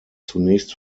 zunächst